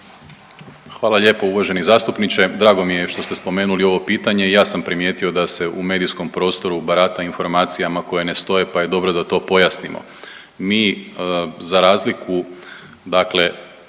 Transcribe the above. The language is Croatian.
Hvala lijepo uvaženi zastupniče. Drago mi je što ste spomenuli ovo pitanje. I ja sam primijetio da se u medijskom prostoru barata informacijama koje ne stoje, pa je dobro da to pojasnimo. Mi za razliku, dakle